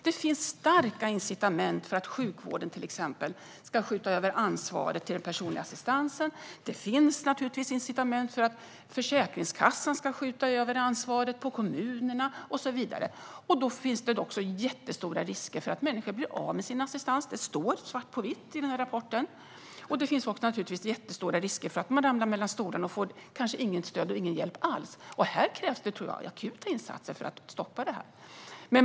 Det finns starka incitament för sjukvården att skjuta över ansvaret till den personliga assistansen, och det finns givetvis incitament för Försäkringskassan att skjuta över ansvaret till kommunerna. Då är det stor risk att människor blir av med sin assistans. Det står svart på vitt i rapporten. Det finns också stor risk att man faller mellan stolarna och inte får något stöd eller någon hjälp alls. Jag tror att det krävs akuta insatser för att stoppa detta.